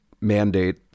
mandate